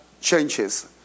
changes